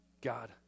God